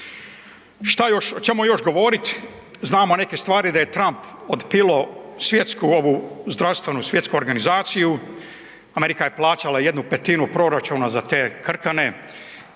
o čemu još govorit? Znamo neke stvari da je Trump otpilo svjetsku ovu zdravstvenu svjetsku organizaciju, Amerika je plaćala 1/5 proračuna za te krkane,